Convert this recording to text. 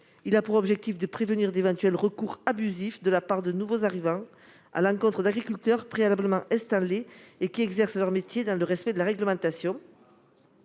Il s'agit de prévenir d'éventuels recours abusifs de la part de nouveaux arrivants à l'encontre d'agriculteurs préalablement installés et exerçant leur métier dans le respect de la réglementation.